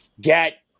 get